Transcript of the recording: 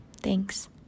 Thanks